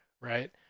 right